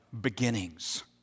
beginnings